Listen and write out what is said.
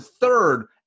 third